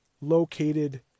located